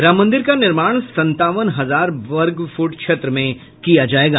राम मंदिर का निर्माण संतावन हजार वर्गफुट क्षेत्र में किया जायेगा